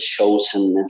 chosenness